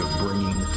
bringing